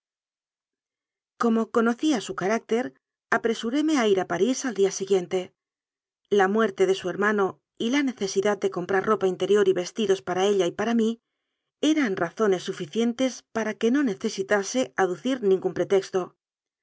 como conocía su carácter apresúreme a ir a parís al día siguiente la muerte de su hermano y la necesidad de comprar ropa interior y ves tidos para ella y para mí eran razones suficien tes para que no necesitase aducir ningún pre